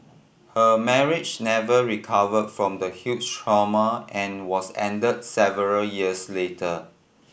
her marriage never recover from the huge trauma and was end several years later